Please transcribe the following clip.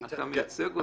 אתה מייצג אותן.